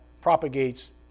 propagates